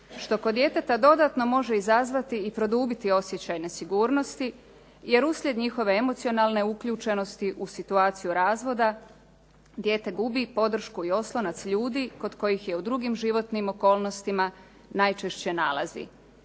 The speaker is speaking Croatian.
što kod djeteta dodatno može izazvati i produbiti osjećaje nesigurnosti jer uslijed njihove emocionalne uključenosti u situaciju razvoda dijete gubi podršku i oslonac ljudi kod kojih je u drugim životnim okolnostima najčešće nalazi.